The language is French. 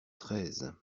treize